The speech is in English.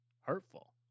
hurtful